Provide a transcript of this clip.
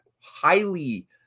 highly